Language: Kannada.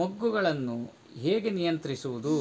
ಮೊಗ್ಗುಗಳನ್ನು ಹೇಗೆ ನಿಯಂತ್ರಿಸುವುದು?